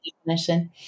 definition